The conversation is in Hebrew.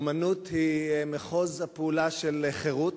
אמנות היא מחוז הפעולה של חירות.